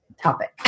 Topic